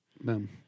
Boom